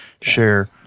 share